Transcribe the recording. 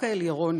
דווקא אל ירון,